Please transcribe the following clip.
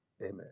Amen